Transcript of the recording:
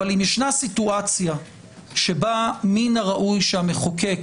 אבל אם יש סיטואציה שבה מן הראוי שהמחוקק